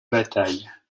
bataille